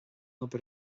obair